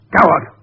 Coward